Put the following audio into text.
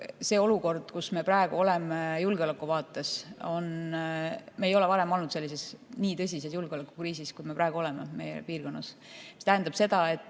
See olukord, kus me praegu oleme julgeoleku vaates – me ei ole varem olnud nii tõsises julgeolekukriisis, kui me praegu oleme meie piirkonnas. Mis tähendab seda, et